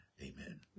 Amen